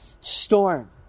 storm